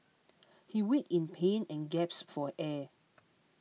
he wait in pain and gasped for air